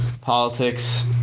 politics